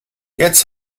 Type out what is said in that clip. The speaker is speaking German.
jetzt